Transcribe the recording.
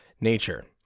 nature